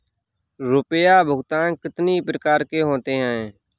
रुपया भुगतान कितनी प्रकार के होते हैं?